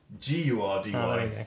G-U-R-D-Y